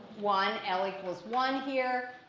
one l equals one here.